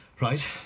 Right